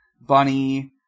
bunny